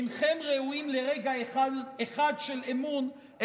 אינכם ראויים לרגע אחד של אמון,